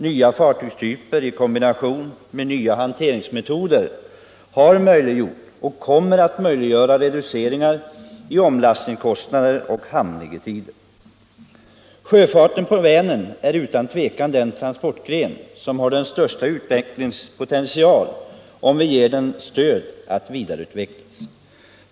Nya fartygstyper i kombination med nya hanteringsmetoder har möjliggjort och kommer att möjliggöra reduceringar i omlastningskostnader och hamnliggetider. Sjöfarten på Vänern är utan tvivel den transportgren som har den största utvecklingspotentialen, om vi ger den stöd att vidareutvecklas.